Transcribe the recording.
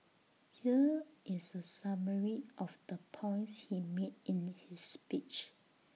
here is A summary of the points he made in his speech